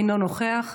אינו נוכח,